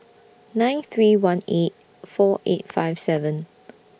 nine three one eight four eight five seven